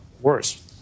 worse